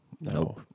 No